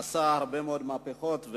עשה הרבה מאוד מהפכות,